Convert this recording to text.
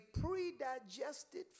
pre-digested